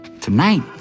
Tonight